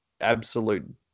absolute